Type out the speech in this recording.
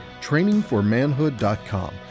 Trainingformanhood.com